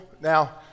Now